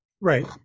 right